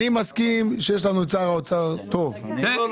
אני מסכים שיש לנו שר אוצר טוב --- לא,